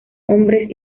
hombres